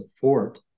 fort